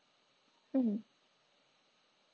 mm